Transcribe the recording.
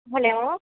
hello